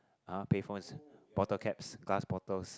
(uh huh) pay phones bottle caps glass bottles